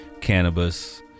cannabis